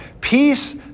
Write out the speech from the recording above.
Peace